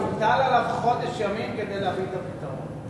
הוטל עליו בחודש ימים להביא את הפתרון.